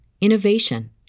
innovation